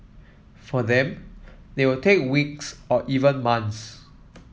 for them they will take weeks or even months